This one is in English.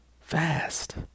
Fast